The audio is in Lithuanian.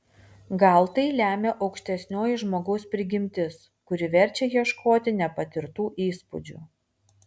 gal tai lemia aukštesnioji žmogaus prigimtis kuri verčia ieškoti nepatirtų įspūdžių